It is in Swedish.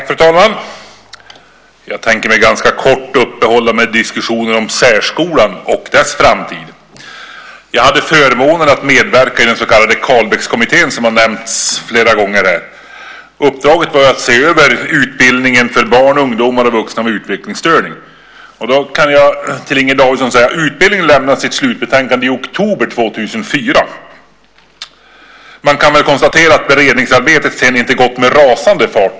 Fru talman! Jag tänker kort uppehålla mig vid diskussionen om särskolans framtid. Jag hade förmånen att medverka i den så kallade Carlbeckkommittén, som har nämnts flera gånger här. Uppdraget var att se över utbildningen för barn, ungdomar och vuxna med utvecklingsstörning. Utredningen lämnade sitt slutbetänkande i oktober 2004, Inger Davidson. Man kan konstatera att beredningsarbetet sedan inte har gått med rasande fart.